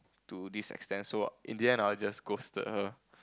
to this extent so in the end I will just ghosted her